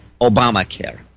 Obamacare